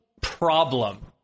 problem